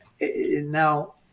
Now